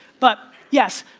but, yes.